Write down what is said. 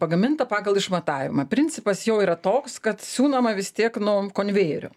pagaminta pagal išmatavimą principas jau yra toks kad siūnama vis tiek nu konvejeriu